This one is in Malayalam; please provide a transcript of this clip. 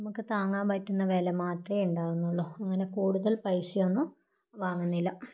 നമുക്ക് താങ്ങാൻ പറ്റുന്ന വില മാത്രമേ ഉണ്ടാവുന്നുള്ളു അങ്ങനെ കൂടുതൽ പൈസയൊന്നും വാങ്ങുന്നില്ല